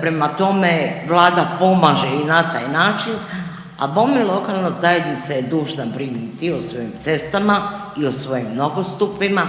prema tome, Vlada pomaže i na taj način, a bome, lokalna zajednica je dužna brinuti i o svojim cestama i o svojim nogostupima,